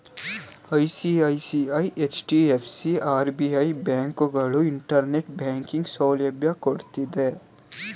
ICICI, HDFC, SBI, ಬ್ಯಾಂಕುಗಳು internet banking ಸೌಲಭ್ಯ ಕೊಡ್ತಿದ್ದೆ